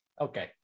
Okay